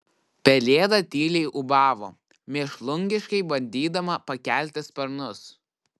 pelėda tyliai ūbavo mėšlungiškai bandydama pakelti sparnus